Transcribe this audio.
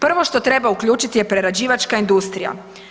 Prvo što treba uključiti je prerađivačka industrija.